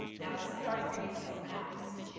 now, as sundar previously announced,